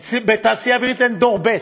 אצלי בתעשייה האווירית אין דור ב'.